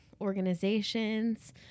organizations